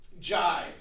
jive